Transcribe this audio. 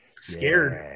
scared